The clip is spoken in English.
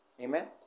Amen